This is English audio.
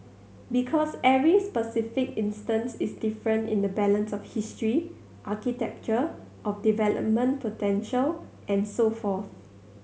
because every specific instance is different in the balance of history architecture of development potential and so forth